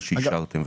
מה שאישרתם,